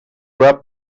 rub